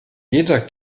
jeder